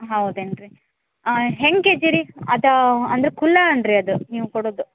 ಹೌದೇನು ರೀ ಹೆಂಗೆ ಕೆಜಿ ರೀ ಅದು ಅಂದ್ರೆ ಕುಲ ಅನ್ನ ರೀ ಅದು ನೀವು ಕೊಡೋದು